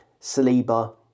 Saliba